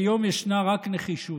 כיום ישנה רק נחישות.